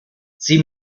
sie